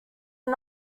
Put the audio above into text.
are